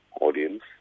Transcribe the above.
audience